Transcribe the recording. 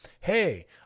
hey